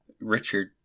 Richard